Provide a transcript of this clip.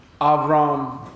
Avram